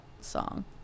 song